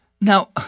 now